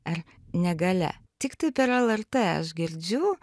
ar negalia tiktai per lrt aš girdžiu